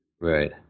right